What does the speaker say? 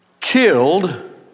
Killed